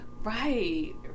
right